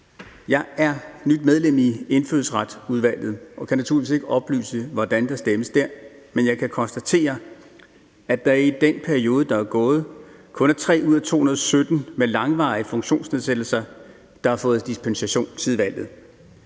Jeg er nyt medlem af Indfødsretsudvalget og kan naturligvis ikke oplyse, hvordan der stemmes der, men jeg kan konstatere, at der i den periode, der er gået, kun er 3 ud af 217 med langvarige funktionsnedsættelser, der har fået dispensation siden valget.